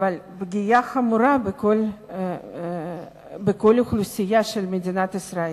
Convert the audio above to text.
אלא פגיעה חמורה בכל האוכלוסייה של מדינת ישראל.